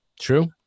True